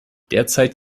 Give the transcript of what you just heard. derzeit